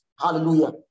Hallelujah